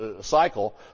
cycle